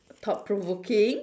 thought provoking